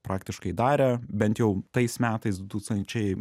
praktiškai darę bent jau tais metais du tūkstančiai